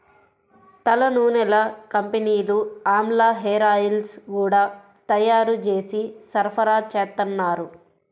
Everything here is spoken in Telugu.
తలనూనెల కంపెనీలు ఆమ్లా హేరాయిల్స్ గూడా తయ్యారు జేసి సరఫరాచేత్తన్నారు